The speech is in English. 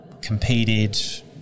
competed